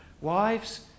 Wives